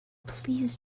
please